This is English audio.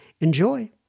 Enjoy